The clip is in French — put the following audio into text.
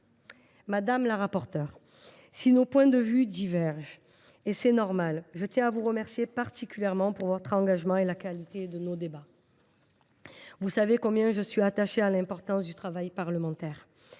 Madame la rapporteure, si nos points de vue divergent, ce qui est normal, je tiens à vous remercier particulièrement de votre engagement et de la qualité de nos débats. Vous savez combien je suis attachée à l’importance du travail parlementaire.